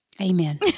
Amen